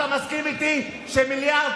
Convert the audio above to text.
הרי הם